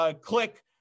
click